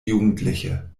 jugendliche